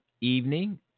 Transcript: evening